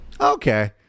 Okay